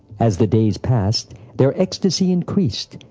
as the days passed, their ecstasy increased,